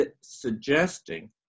suggesting